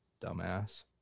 Dumbass